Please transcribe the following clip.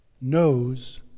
knows